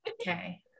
Okay